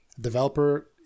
developer